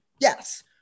Yes